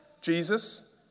Jesus